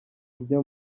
ijya